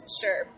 sure